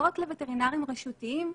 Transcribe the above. לא רק לווטרינריים רשותיים,